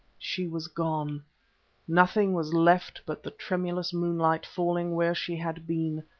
she was gone nothing was left but the tremulous moonlight falling where she had been,